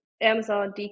Amazon